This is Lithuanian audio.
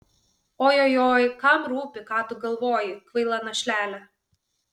ojojoi kam rūpi ką tu galvoji kvaila našlele